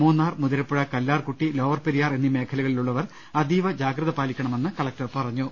Munnar Muthirappuzha Kallarkutty lower Periyar എന്നീ മേഖലകളിലുള്ളവർ അതീവ ജാഗ്രത പാലിക്കണമെന്നും കലക്ടർ പറഞ്ഞു